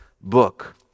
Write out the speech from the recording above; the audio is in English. book